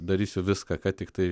darysiu viską kad tiktai